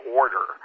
order